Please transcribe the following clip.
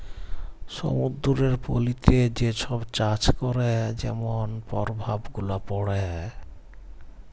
সমুদ্দুরের পলিতে যে ছব চাষ ক্যরে যেমল পরভাব গুলা পড়ে